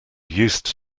used